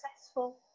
successful